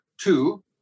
two